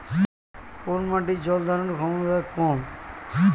কোন মাটির জল ধারণ ক্ষমতা কম?